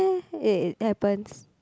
ya it happens